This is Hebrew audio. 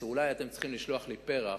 שאולי אתם צריכים לשלוח לי פרח,